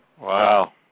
Wow